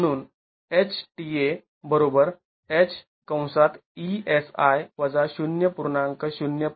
म्हणून